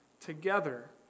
together